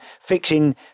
fixing